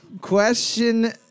Question